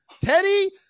Teddy